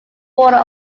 border